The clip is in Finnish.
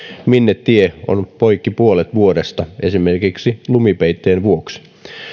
minne tie on poikki puolet vuodesta esimerkiksi lumipeitteen vuoksi